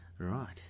Right